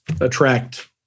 attract